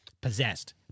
possessed